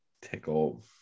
tickle